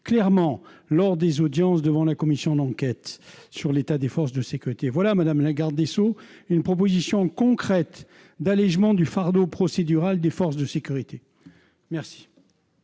exprimée lors des auditions menées par la commission d'enquête sur l'état des forces de sécurité. Voilà, madame le garde des sceaux, une proposition concrète d'allégement du fardeau procédural des forces de sécurité. Quel